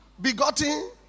begotten